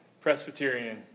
Presbyterian